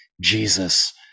Jesus